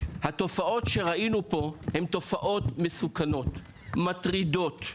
התופעות שראינו פה הן תופעות מסוכנות ומטרידות.